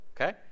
Okay